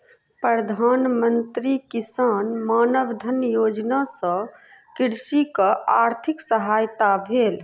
प्रधान मंत्री किसान मानधन योजना सॅ कृषकक आर्थिक सहायता भेल